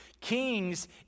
Kings